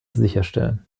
sicherstellen